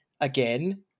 Again